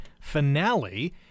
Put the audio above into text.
finale